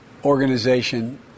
organization